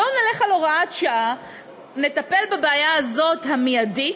בואו נלך על הוראת שעה, נטפל בבעיה הזאת, המיידית,